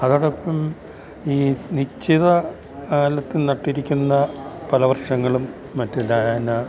അതോടൊപ്പം ഈ നിശ്ചിത കാലത്തിൽ നട്ടിരിക്കുന്ന പല വർഷങ്ങളും മറ്റു